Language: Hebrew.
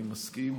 אני מסכים.